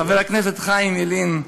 חבר הכנסת חיים ילין,